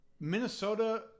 Minnesota